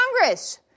Congress